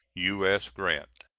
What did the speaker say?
u s. grant.